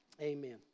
amen